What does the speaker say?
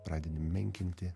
pradedi menkinti